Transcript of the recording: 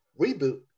Reboot